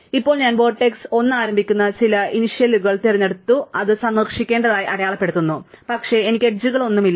ഇപ്പോൾ ഞാൻ വെർട്ടെക്സ് 1 ആരംഭിക്കുന്ന ചില ഇനീഷ്യലുകൾ തിരഞ്ഞെടുത്ത് അത് സന്ദർശിക്കേണ്ടതായി അടയാളപ്പെടുത്തുന്നു പക്ഷേ എനിക്ക് എഡ്ജുകളൊന്നുമില്ല